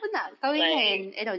like